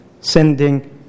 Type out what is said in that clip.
sending